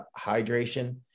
hydration